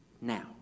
now